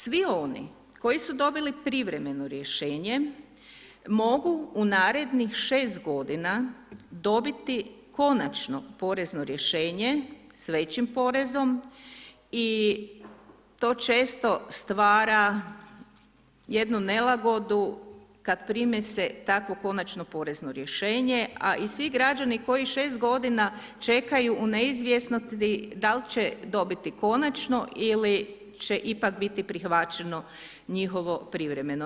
Svi oni koji su dobili privremeno rješenje mogu u narednih 6 godina dobiti konačno porezno rješenje s većim porezom i to često stvara jednu nelagodu kad prime se takvog konačno porezno rješenje, a i svi građani koji 6 godina čekaju u neizvjesnosti da li će dobiti konačno ili će ipak biti prihvaćeno njihovo privremeno.